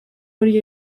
hori